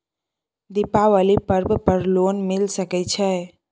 दीपावली पर्व पर लोन मिल सके छै?